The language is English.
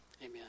Amen